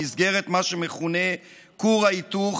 במסגרת מה שמכונה "כור ההיתוך",